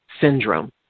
syndrome